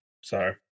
Sorry